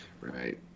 Right